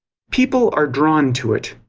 people are drawn to it,